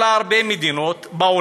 אלא של הרבה מדינות בעולם,